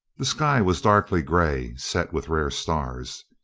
the sky was darkly gray, set with rare stars.